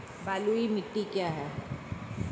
बलुई मिट्टी क्या है?